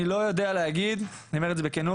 אני לא יודע להגיד אני אומר את זה בכנות